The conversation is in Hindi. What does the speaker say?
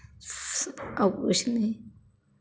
और कुछ नहीं